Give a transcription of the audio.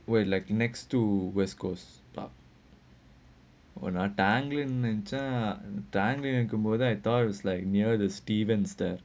we're like next to west coast park oh ah tanglin நெனச்சே:nenacchae I thought is like near the steven the